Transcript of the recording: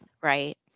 right